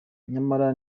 nyamara